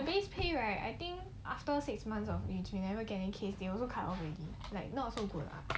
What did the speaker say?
but the base pay right I think after six months of wage you never get any case they will cut off already so not so good ah